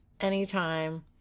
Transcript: Anytime